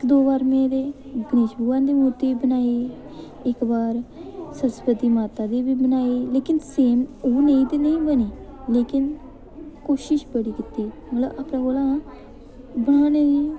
इक दो बार में ते एह् गनेश भगोआन दी मूर्ती बनाई इक बार सरस्वती माता दी बी बनाई लेकिन सेम ओह् नेही ते नेईं बनी लेकिन में कोशिस बड़ी कीती मतलब अपने कोला बनाने दी